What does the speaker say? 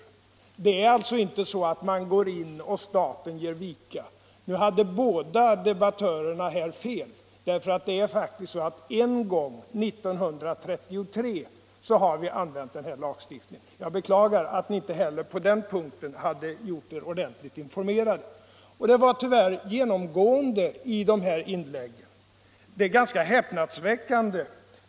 Det skulle alltså inte vara så att staten går in och kommunen får vika. Nu hade båda debattörerna fel. Det är faktiskt så att en gång, 1933, har vi använt den här lagen. Jag beklagar att ni inte heller på den punkten har informerat er ordentligt. Det var tyvärr ett genomgående drag i inläggen, och det är ganska häpnadsväckande.